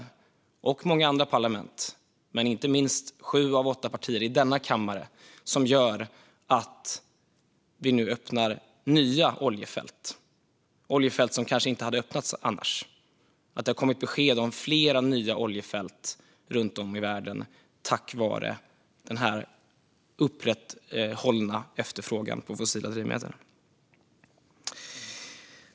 Det handlar också om många andra parlament, men det är inte minst vad sju av åtta partier gör i denna kammare som leder till att vi nu öppnar nya oljefält - oljefält som kanske inte hade öppnats annars. Det har kommit besked om flera nya oljefält runt om i världen på grund av denna upprätthållna efterfrågan på fossila drivmedel.